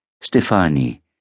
Stefani